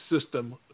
system